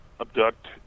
abduct